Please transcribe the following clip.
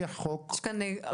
לדעתי כולם פה עורכי דין.